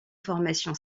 formation